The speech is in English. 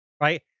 right